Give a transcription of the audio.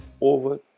over